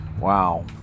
Wow